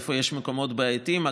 איפה יש מקומות בעייתיים.